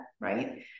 right